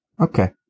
Okay